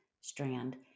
strand